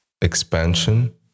expansion